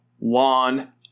lawn